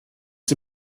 sie